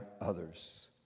others